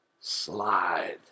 slide